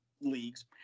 leagues